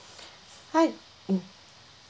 hi mm